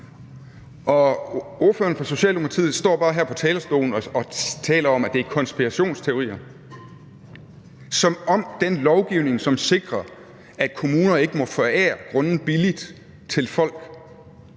Socialdemokratiet bare her på talerstolen og taler om, at det er konspirationsteorier – som om den lovgivning, som sikrer, at kommunerne ikke må sælge grunde billigt til folk,